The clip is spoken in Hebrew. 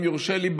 אם יורשה לי,